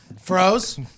froze